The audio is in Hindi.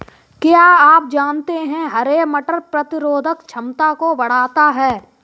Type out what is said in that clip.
क्या आप जानते है हरे मटर प्रतिरोधक क्षमता को बढ़ाता है?